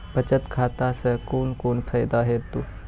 बचत खाता सऽ कून कून फायदा हेतु?